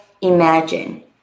imagine